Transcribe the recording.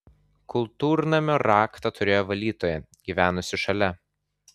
kultūrnamio raktą turėjo valytoja gyvenusi šalia